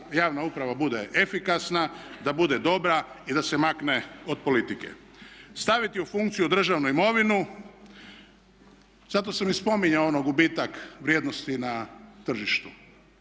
javna uprava bude efikasna, da bude dobra i da se makne od politike. Staviti u funkciju državnu imovinu, zato sam i spominjao onaj gubitak vrijednosti na tržištu